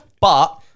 but-